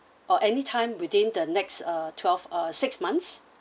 or anytime within the next uh twelve uh six months